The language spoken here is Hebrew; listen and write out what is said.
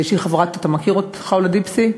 אתה מכיר את ח'אולה דיבסי,